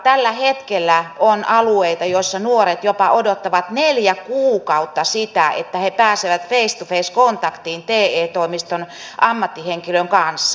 tällä hetkellä on alueita missä nuoret odottavat jopa neljä kuukautta sitä että he pääsevät face to face kontaktiin te toimiston ammattihenkilön kanssa